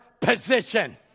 position